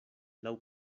laŭ